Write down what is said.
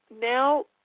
now